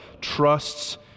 Trusts